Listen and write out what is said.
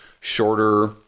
Shorter